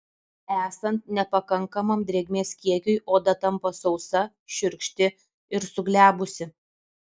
esant nepakankamam drėgmės kiekiui oda tampa sausa šiurkšti ir suglebusi